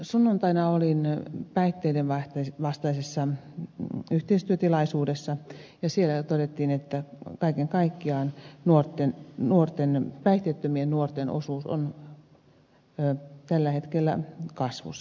sunnuntaina olin päihteiden vastaisessa yhteistyötilaisuudessa ja siellä todettiin että kaiken kaikkiaan päihteettömien nuorten osuus on tällä hetkellä kasvussa